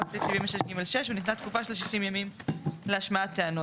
סעיפים 76(ג)(6) ונתנה תקופה של 60 ימים להשמעת טענות,